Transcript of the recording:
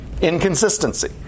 inconsistency